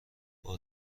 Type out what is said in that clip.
بار